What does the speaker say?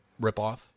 ripoff